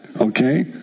Okay